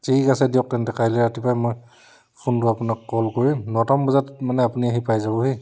ঠিক আছে দিয়ক তেন্তে কাইলৈ ৰাতিপুৱাই মই ফোনটো আপোনাক ক'ল কৰিম নটা মান বজাত মানে আপুনি আহি পাই যাবহি